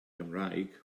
cymraeg